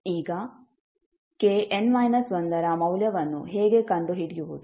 ಈಗ kn−1 ರ ಮೌಲ್ಯವನ್ನು ಹೇಗೆ ಕಂಡುಹಿಡಿಯುವುದು